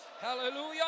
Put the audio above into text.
Hallelujah